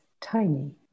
tiny